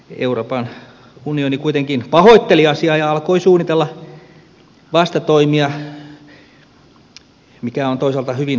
euroopan unioni kuitenkin pahoitteli asiaa ja alkoi suunnitella vastatoimia mikä on toisaalta hyvin oireellista